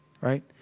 right